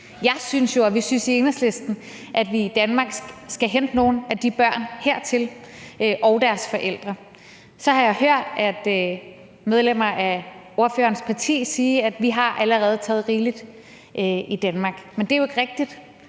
Jeg synes jo, og vi synes i Enhedslisten, at vi i Danmark skal hente nogle af de børn og deres forældre hertil. Så har jeg hørt medlemmer af ordførerens parti sige, at vi allerede har taget rigeligt i Danmark. Men det er jo ikke rigtigt.